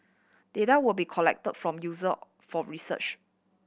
data will be collect from user for research